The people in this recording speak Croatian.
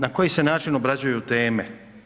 Na koji se način obrađuju teme.